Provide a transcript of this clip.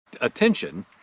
attention